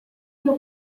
mil